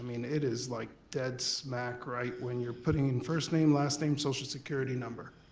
i mean it is like dead smack right when you're putting in first name, last name, social security number.